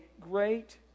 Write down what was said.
great